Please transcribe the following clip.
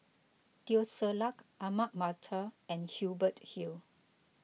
Teo Ser Luck Ahmad Mattar and Hubert Hill